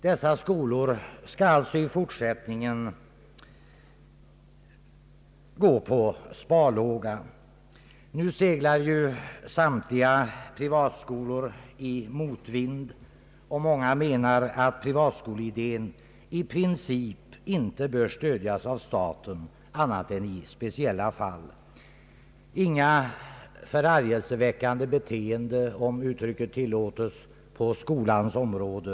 Dessa skolor skall alltså i fortsättning en gå på sparlåga. Nu seglar samtliga privatskolor i motvind, och många anser att privatskoleidén i princip inte bör stödjas av staten annat än i speciella fall. Inget förargelseväckande beteende, om uttrycket tillåtes, på skolans område!